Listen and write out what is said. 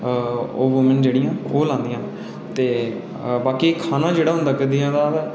ओह् वोमेन जेह्ड़ियां ओह् लांदियां ते बाकी खाना जेह्ड़ा होंदा गद्दियें दा ते